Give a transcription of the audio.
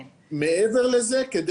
תן לי פתרון לסוגיה כזאת.